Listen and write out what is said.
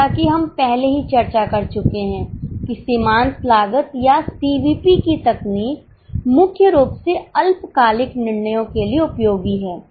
जैसा कि हम पहले ही चर्चा कर चुके हैं कि सीमांत लागत या सीवीपी की तकनीक मुख्य रूप से अल्पकालिक निर्णयों के लिए उपयोगी है